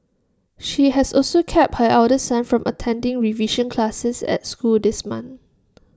she has also kept her elder son from attending revision classes at school this month